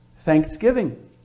thanksgiving